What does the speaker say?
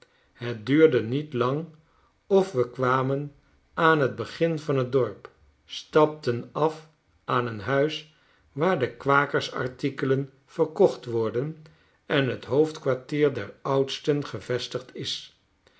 het duurde nietlangofwe kwamen aan fc begin van tdorp stapten af aan een huis waar de kwakers artikelen verkocht worden enhethoofdkwartier der oudsten gevestigd is